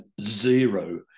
zero